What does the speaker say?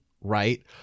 right